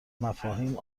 مفاهیم